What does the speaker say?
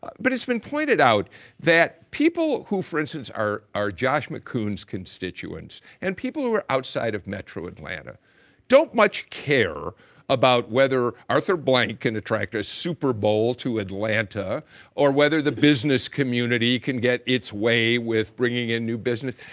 but it's been pointed out that people who, for instance, are are josh mckuhn's constituents and who are outside of metro atlanta don't much care about whether arthur blank can atransact a super bowl to atlanta or whether the business community can get its way with bringing in new business.